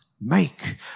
make